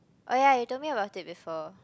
oh ya you told me about it before